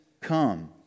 come